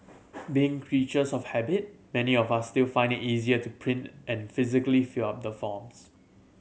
being creatures of habit many of us still find it easier to print and physically fill out the forms